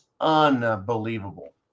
unbelievable